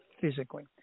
physically